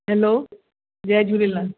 hello जय झूलेलाल